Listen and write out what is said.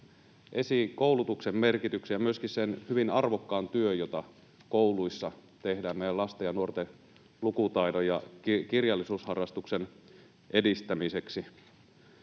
esiin koulutuksen merkityksiä, myöskin sen hyvin arvokkaan työn, jota kouluissa tehdään meidän lasten ja nuorten lukutaidon ja kirjallisuusharrastuksen edistämiseksi.